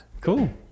Cool